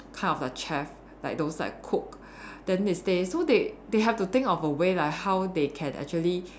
kind of the chef like those that cook then they say so they they have to think of a way like how they can actually